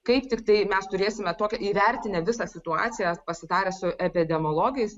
kaip tiktai mes turėsime tokią įvertinę visą situaciją pasitarę su epidemiologais